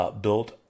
Built